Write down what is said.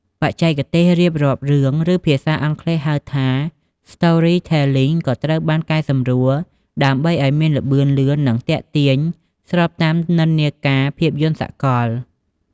បច្ចេកទេសរៀបរាប់រឿង ឬភាសាអង់គ្លេសហៅថា storytelling ក៏ត្រូវបានកែសម្រួលដើម្បីឲ្យមានល្បឿនលឿន និងទាក់ទាញស្របតាមនិន្នាការភាពយន្តសកល។